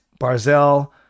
Barzell